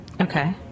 Okay